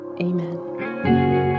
amen